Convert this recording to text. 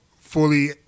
fully